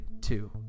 two